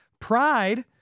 pride